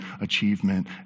achievement